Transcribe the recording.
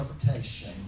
interpretation